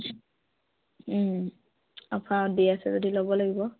offer দি আছে যদি ল'ব লাগিব